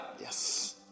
Yes